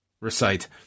recite